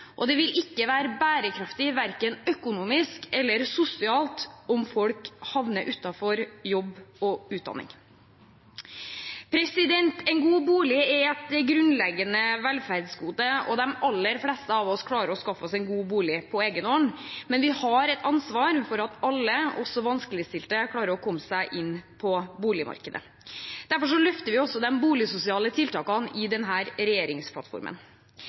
og det vil ikke være bærekraftig verken økonomisk eller sosialt om folk havner utenfor jobb og utdanning. En god bolig er et grunnleggende velferdsgode, og de aller fleste av oss klarer å skaffe seg en god bolig på egen hånd. Men vi har et ansvar for at alle, også vanskeligstilte, klarer å komme seg inn på boligmarkedet. Derfor løfter vi også de boligsosiale tiltakene i denne regjeringsplattformen.